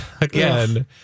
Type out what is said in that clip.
again